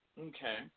Okay